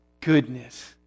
goodness